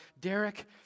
Derek